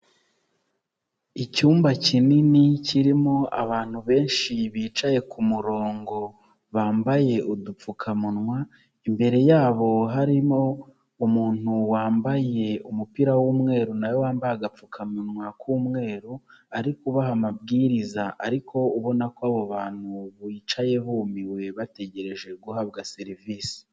Icyumba kinini, kirimo abantu benshi bicaye ku murongo, bambaye udupfukamunwa, imbere yabo harimo umuntu wambaye umupira w'umweru, nawe wambaye agapfukamunwa k'umweru. ari kubaha amabwiriza, ariko ubona ko abo bantu bicaye bumiwe, bategereje guhabwa serivisi.